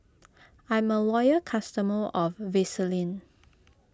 I'm a loyal customer of Vaselin